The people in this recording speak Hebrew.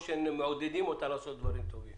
או מעודדים אותה לעשות דברים טובים.